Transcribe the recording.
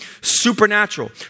supernatural